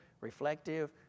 reflective